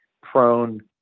prone